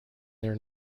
their